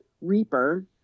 Reaper